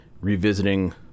revisiting